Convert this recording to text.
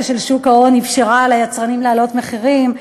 של שוק ההון אפשרה ליצרנים להעלות מחירים,